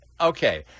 Okay